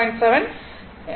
7 4